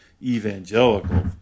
evangelical